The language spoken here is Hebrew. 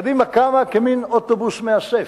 קדימה קמה כמין אוטובוס מאסף,